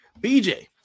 BJ